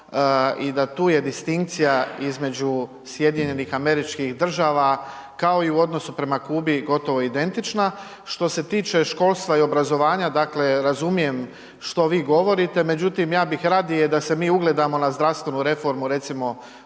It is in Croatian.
i da tu je distinkcija između SAD-a kao i u odnosu prema Kubi gotovo identična, što se tiče školstva i obrazovanja dakle razumijem što vi govorite međutim ja bih radije da se mi ugledamo na zdravstvenu reformu recimo